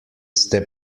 ste